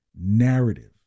narrative